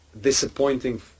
Disappointing